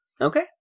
okay